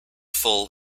full